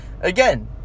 again